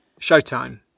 Showtime